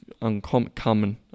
uncommon